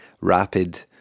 rapid